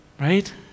right